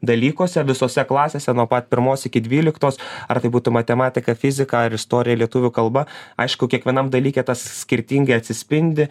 dalykuose visose klasėse nuo pat pirmos iki dvyliktos ar tai būtų matematika fizika ar istorija lietuvių kalba aišku kiekvienam dalyke tas skirtingai atsispindi